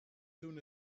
soon